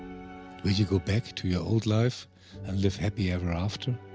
will you go back to your old life and live happy ever after?